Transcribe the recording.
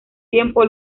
tiempo